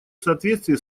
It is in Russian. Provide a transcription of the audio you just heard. соответствии